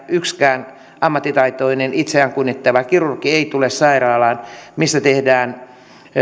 yksikään ammattitaitoinen itseään kunnioittava kirurgi ei tule sairaalaan missä tehdään